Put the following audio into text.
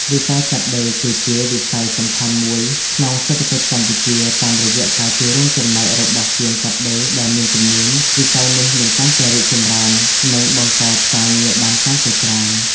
វិស័យកាត់ដេរគឺជាវិស័យសំខាន់មួយក្នុងសេដ្ឋកិច្ចកម្ពុជា តាមរយៈការចូលរួមចំណែករបស់ជាងកាត់ដេរដែលមានជំនាញ វិស័យនេះនឹងកាន់តែរីកចម្រើន និងបង្កើតការងារបានកាន់តែច្រើន។